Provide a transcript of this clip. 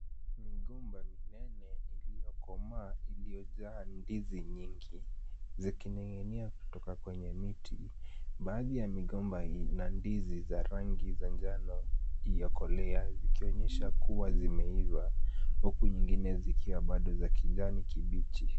Migomba minene iliyokomaa iliyojaa ndizi nyingi zikining'inia kutoka kwenye miti. Baadhi ya migomba hii ina ndizi za rangi za njano iliyokolea zikionyesha kuwa zimeiva huku nyingine zikiwa bado za kijani kibichi.